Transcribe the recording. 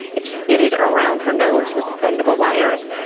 it's fitted around her nose with bendable wires,